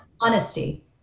honesty